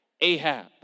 Ahab